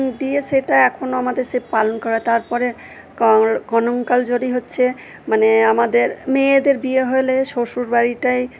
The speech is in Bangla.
দিয়ে সেটা এখনও আমাদের সে পালন করা হয় তারপরে কণকাঞ্জলি হচ্ছে মানে আমাদের মেয়েদের বিয়ে হলে শ্বশুর বাড়িটাই